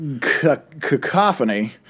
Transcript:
Cacophony